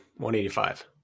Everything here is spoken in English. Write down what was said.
185